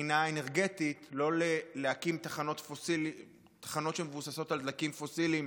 מבחינה אנרגטית לא להקים תחנות שמבוססות על דלקים פוסיליים